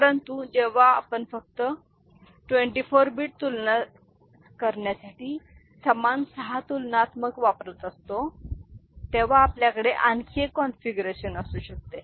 परंतु जेव्हा आम्ही फक्त 24 बिट तुलनासाठी समान सहा तुलनात्मक वापरत असतो तेव्हा आपल्याकडे आणखी एक कॉन्फिगरेशन असू शकते